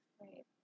Right